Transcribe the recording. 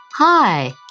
Hi